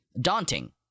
daunting